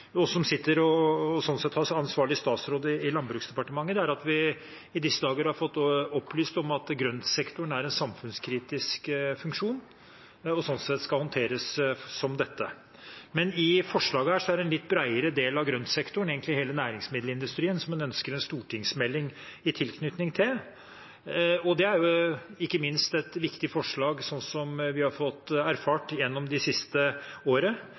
vi i disse dager har fått opplyst at grøntsektoren er en samfunnskritisk funksjon og skal håndteres som det. Men i forslaget her er det en litt bredere del av grøntsektoren, egentlig hele næringsmiddelindustrien, som en ønsker en stortingsmelding i tilknytning til. Det er ikke minst et viktig forslag. Som vi har erfart gjennom det siste året,